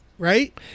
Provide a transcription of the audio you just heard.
right